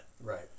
Right